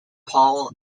paul